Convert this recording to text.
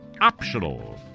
optional